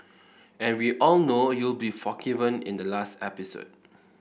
and we all know you'll be forgiven in the last episode